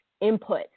input